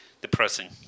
depressing